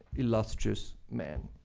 illustrious men.